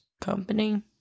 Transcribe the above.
Company